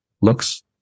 Looks